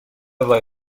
وای